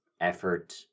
effort